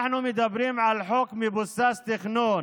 אנחנו מדברים על חוק מבוסס תכנון,